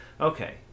Okay